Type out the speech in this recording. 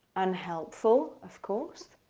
unhelpful of course.